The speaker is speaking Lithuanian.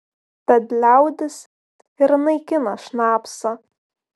tad liaudis ir naikina šnapsą